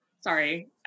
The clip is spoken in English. sorry